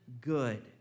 good